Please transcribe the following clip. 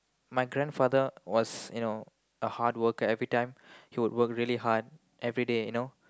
my grandfather was you know a hard worker every time he would work really hard every day you know